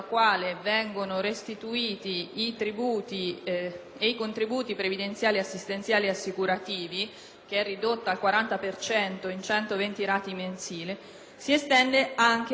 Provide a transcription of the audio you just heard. che è ridotta al 40 per cento in 120 rate mensili, si estende anche al settore pubblico. Si conferma perciò che tutti coloro che hanno fruito del beneficio della sospensione